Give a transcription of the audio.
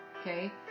Okay